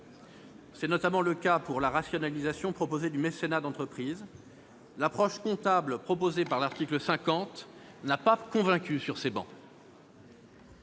C'est notamment le cas pour la rationalisation du mécénat d'entreprise : l'approche comptable proposée par l'article 50 n'a pas convaincu sur ces travées.